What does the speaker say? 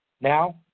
Now